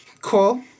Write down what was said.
Cool